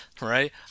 right